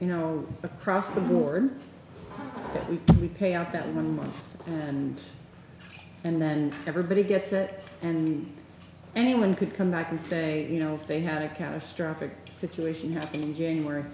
you know across the board that we pay out that moment and and then everybody gets it and anyone could come back and say you know they had a catastrophic situation happen in january